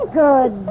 good